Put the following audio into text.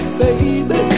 baby